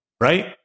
right